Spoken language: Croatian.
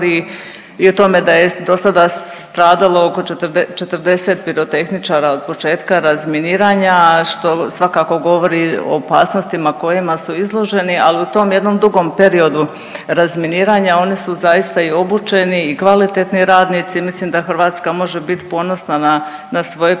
i o tome da je dosada stradalo oko 40 pirotehničara od početka razminiranja, što svakako govori o opasnostima kojima su izloženi, ali u tom jednom dugom periodu razminiranja, oni su zaista su zaista i obučeni i kvalitetni radnici, mislim da Hrvatska može bit ponosna na, na svoje